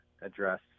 address